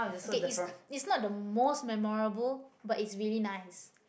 okay it's it's not the most memorable but it's really nice